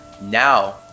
now